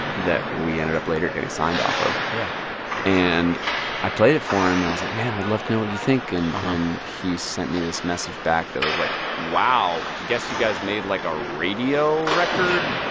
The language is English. that we ended up later getting signed off of yeah and i played it for him, and i was like, man, i'd love to know what you think. and and he sent me this message back that was, like, wow, guess you guys made, like, a radio record,